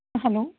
hello